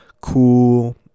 cool